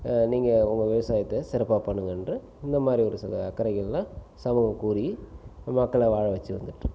நீங்கள் உங்கள் விவசாயத்தை சிறப்பாக பண்ணுங்கன்ட்டு இந்தமாரி ஒரு சில அக்கறைகள்லாம் சமூகம் கூறி மக்களை வாழ வச்சு வந்துட்டுருக்கு